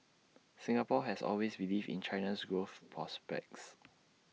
Singapore has always believed in China's growth prospects